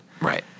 Right